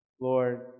Lord